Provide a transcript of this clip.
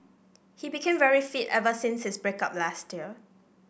he became very fit ever since his break up last year